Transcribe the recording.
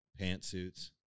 pantsuits